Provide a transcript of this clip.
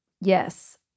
Yes